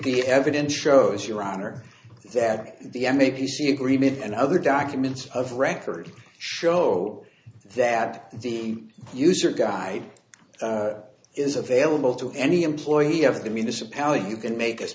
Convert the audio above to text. the evidence shows your honor that the m a p c agreement and other documents of records show that the user guide is available to any employee of the municipality you can make